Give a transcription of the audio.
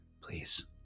Please